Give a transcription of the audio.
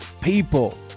People